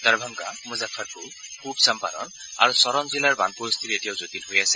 ডাৰভাংগা মুজাফৰপুৰ পূব চাম্পৰন আৰু ছৰণ জিলাৰ বান পৰিস্থিতি এতিয়াও জটিল হৈয়ে আছে